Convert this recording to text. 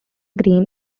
green